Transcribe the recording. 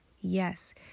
yes